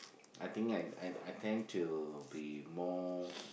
I think I I I tend to be more